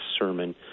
sermon